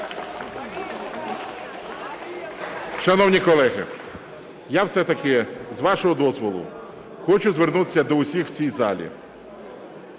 Шановні колеги, я все-таки, з вашого дозволу, хочу звернутися до усіх в цій залі.